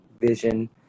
vision